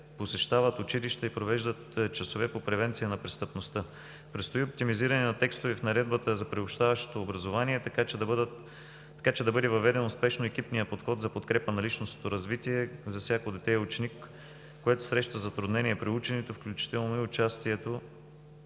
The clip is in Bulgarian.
посещават училища и провеждат часове по превенция на престъпността. Предстои оптимизиране на текстове в Наредбата за приобщаващото образование, така че да бъде въведен спешно екипният подход за подкрепа на личностното развитие за всяко дете и ученик, което среща затруднение при ученето, включително и деца